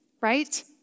right